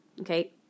Okay